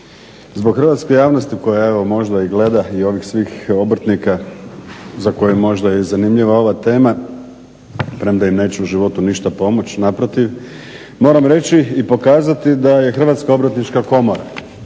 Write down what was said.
Zbog hrvatske javnosti koja evo možda i gleda i ovih svih obrtnika za koje možda je i zanimljiva ova tema premda im neće u životu ništa pomoći, naprotiv, moram reći i pokazati da je HOK dakle pisala